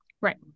right